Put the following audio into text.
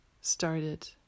started